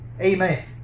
Amen